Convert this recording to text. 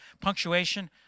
punctuation